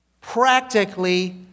practically